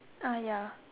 uh ya